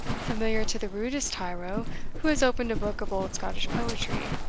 familiar to the rudest tyro who has opened a book of old scottish poetry,